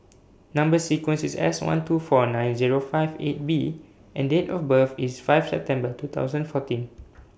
Number sequence IS S one two four nine Zero five eight B and Date of birth IS five September two thousand fourteen